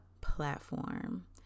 platform